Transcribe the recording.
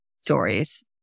stories